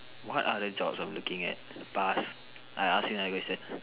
what other jobs I'm looking at bus I ask him then I go and say